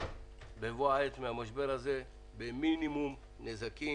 בבוא העת מהמשבר הזה במינימום נזקים,